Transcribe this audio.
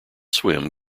swim